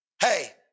Hey